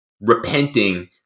repenting